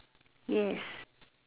yes